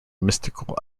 mystical